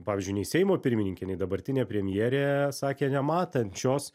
pavyzdžiui nei seimo pirmininkė nei dabartinė premjerė sakė nematančios